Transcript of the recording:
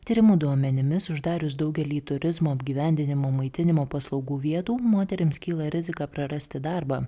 tyrimo duomenimis uždarius daugelį turizmo apgyvendinimo maitinimo paslaugų vietų moterims kyla rizika prarasti darbą